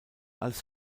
als